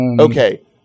Okay